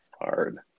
hard